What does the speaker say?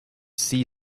see